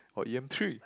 or e_m three